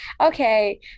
okay